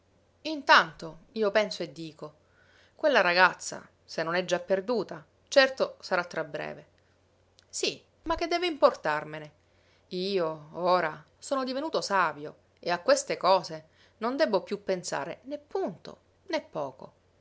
intanto io penso e dico quella ragazza se non è già perduta certo sarà tra breve sí ma che deve importarmene io ora sono divenuto savio e a queste cose non debbo piú pensare né punto né poco